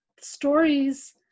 stories